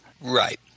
Right